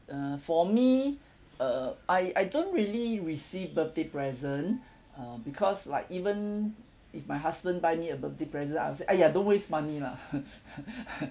uh for me uh I I don't really receive birthday present uh because like even if my husband buy me a birthday present I'll say !aiya! don't waste money lah